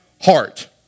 heart